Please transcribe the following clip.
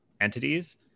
entities